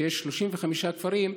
ויש 35 כפרים,